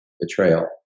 betrayal